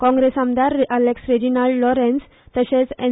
काँग्रेस आमदार आलेक्स रेजिनाल्ड लॉरेन्स तशेंच एन